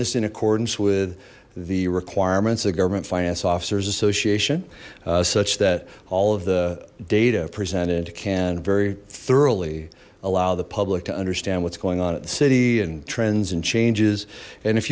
this in accordance with the requirements that government finance officers association such that all of the data presented can very thoroughly allow the public to understand what's going on at the city and trends and changes and if